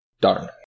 Darn